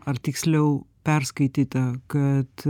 ar tiksliau perskaityta kad